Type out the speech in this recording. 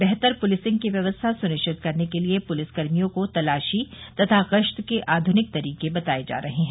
बेहतर पुलिसिंग की व्यवस्था सुनिश्चित करने के लिए पुलिस कर्मियों को तलाशी तथा गश्त के आधुनिक तरीके बताये जा रहे हैं